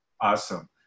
Awesome